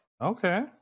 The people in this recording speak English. Okay